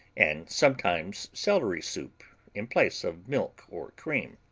and sometimes celery soup in place of milk or cream.